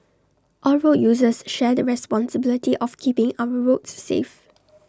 all road users share the responsibility of keeping our roads safe